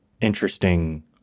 interesting